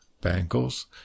bangles